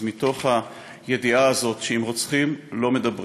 אז מתוך הידיעה הזאת שעם רוצחים לא מדברים,